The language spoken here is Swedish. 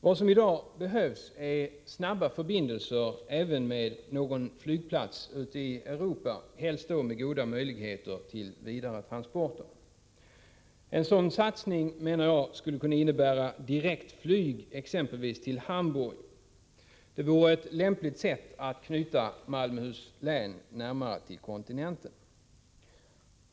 Vad som i dag behövs är snabba förbindelser även med någon flygplats i Europa, helst med goda möjligheter till vidaretransporter. En sådan satsning skulle kunna innebära direktflyg exempelvis till Hamburg. Det vore ett lämpligt sätt att knyta Malmöhus län närmare till kontinenten.